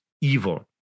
evil